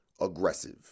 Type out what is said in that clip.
aggressive